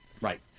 Right